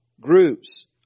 groups